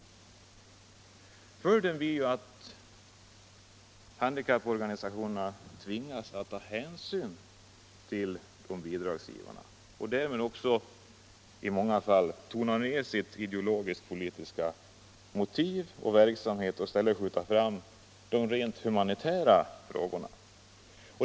Följden blir att handikapporganisationerna tvingas att ta hänsyn till bidragsgivarna och därmed också i många fall tona ned sitt idcologiskt-politiska motiv och i stället skjuta fram de rent humanitära frågorna.